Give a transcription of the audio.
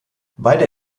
beide